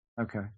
Okay